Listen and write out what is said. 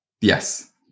Yes